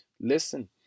Listen